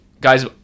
guys